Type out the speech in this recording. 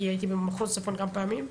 כי הייתי במחוז צפון כמה פעמים,